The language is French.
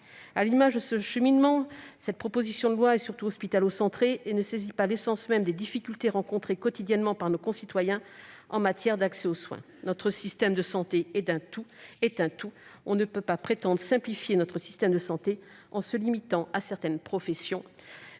À l'image de son cheminement, cette proposition de loi est hospitalo-centrée. Elle ne saisit pas l'essence même des difficultés rencontrées quotidiennement par nos concitoyens en matière d'accès aux soins. Notre système de santé est un tout. On ne peut pas prétendre le simplifier en se limitant à certaines professions.